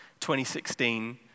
2016